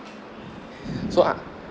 so I